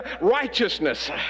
righteousness